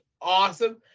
awesome